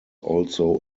also